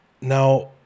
now